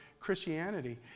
Christianity